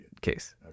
case